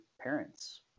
parents